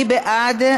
מי בעד?